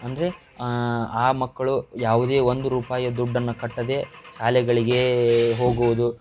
ಅಂದರೆ ಆ ಮಕ್ಕಳು ಯಾವುದೇ ಒಂದು ರೂಪಾಯಿಯ ದುಡ್ಡನ್ನು ಕಟ್ಟದೇ ಶಾಲೆಗಳಿಗೆ ಹೋಗುವುದು